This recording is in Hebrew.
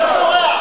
מה אתה צורח?